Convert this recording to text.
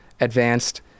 advanced